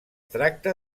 tracta